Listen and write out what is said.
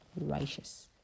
righteous